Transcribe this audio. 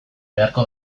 beharko